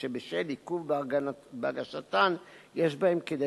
צמצום מספרן של תובענות שבשל עיכוב בהגשתן יש בהן כדי